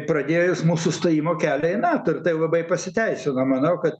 pradėjus mūsų stojimo kelią į nato ir tai labai pasiteisino manau kad